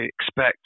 expect